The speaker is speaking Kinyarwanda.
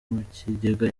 mukigega